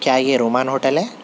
کیا یہ Roman hotel ہے